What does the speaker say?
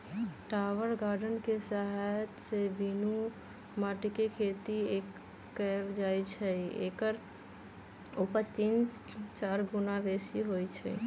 tower garden कें सहायत से बीनु माटीके खेती कएल जाइ छइ एकर उपज तीन चार गुन्ना बेशी होइ छइ